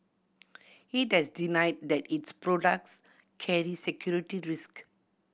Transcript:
it has denied that its products carry security risk